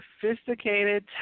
sophisticated